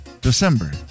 December